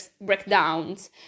breakdowns